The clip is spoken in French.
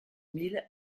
mille